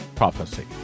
prophecy